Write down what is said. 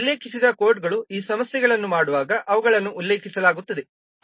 ಅವರು ಉಲ್ಲೇಖಿಸಿದ ಕೋಡ್ಗಳು ಈ ಸಮಸ್ಯೆಗಳನ್ನು ಮಾಡುವಾಗ ಅವುಗಳನ್ನು ಉಲ್ಲೇಖಿಸಲಾಗುತ್ತದೆ